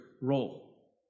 role